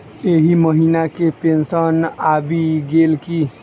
एहि महीना केँ पेंशन आबि गेल की